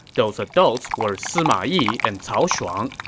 those adults were sima yi and cao shuang,